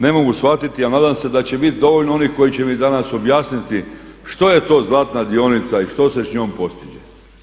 Ne mogu shvatiti ali nada se da će biti dovoljno onih koji će mi danas objasniti što je to zlatna dionica i što se s njom postiže.